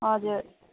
हजुर